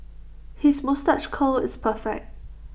his moustache curl is perfect